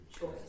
choice